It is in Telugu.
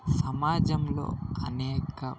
సమాజంలో అనేక